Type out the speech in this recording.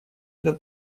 этот